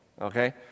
Okay